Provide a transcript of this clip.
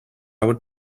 would